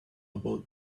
about